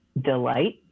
delight